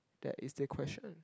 that is the question